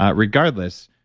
ah regardless,